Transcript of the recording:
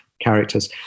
characters